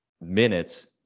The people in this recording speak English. minutes